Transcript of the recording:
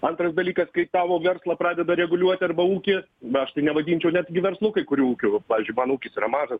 antras dalykas kai tavo verslą pradeda reguliuoti arba ūkį na aš tai nevadinčiau netgi verslu kai kurių ūkių pavyzdžiui mano ūkis yra mažas